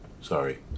Sorry